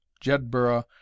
Jedburgh